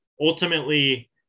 ultimately